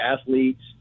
athletes